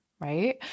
right